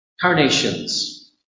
carnations